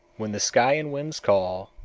when the sky and winds call,